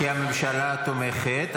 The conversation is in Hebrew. כי הממשלה תומכת.